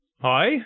Hi